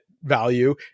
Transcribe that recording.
value